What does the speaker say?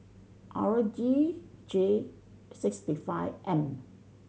R D J six the five M